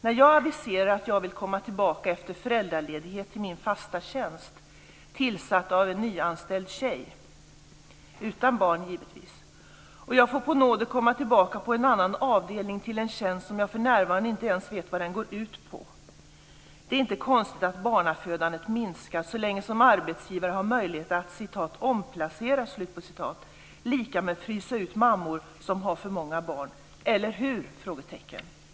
När jag aviserar att jag vill komma tillbaka efter föräldraledighet till min fasta tjänst - tillsatt med en nyanställd tjej, utan barn givetvis - får jag på nåder komma tillbaka till en annan avdelning till en tjänst som jag för närvarande inte ens vet vad den går ut på. Det är inte konstigt att barnafödandet minskar så länge arbetsgivare har möjlighet att "omplacera" = frysa ut mammor som har för många barn. Eller hur?